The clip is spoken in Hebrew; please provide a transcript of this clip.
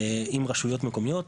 עם רשויות מקומיות,